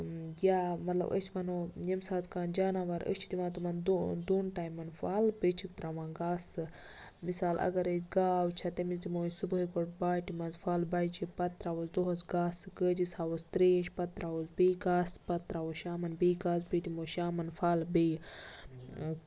یا مطلب أسۍ وَنو ییٚمہِ ساتہٕ کانٛہہ جاناوار أسۍ چھِ دِوان تمَن دۄن ٹایمَن پھَل بیٚیہِ چھِکھ تراوان گاسہٕ مِثال اَگر أسۍ گاو چھےٚ تٔمِس دِمو أسۍ صُبحٲے گۄڈٕ باٹہِ منٛز پھَل بَجہِ پَتہٕ تراووس دۄہَس گاسہٕ کٲجِس ہاوُس تریش پَتہٕ تراووس بیٚیہِ گاسہٕ پَتہٕ تراووس شامَن بیٚیہِ گاسہٕ بیٚیہِ دِمو شامَن پھَل بیٚیہِ